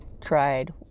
tried